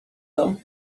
tam